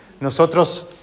nosotros